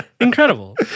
Incredible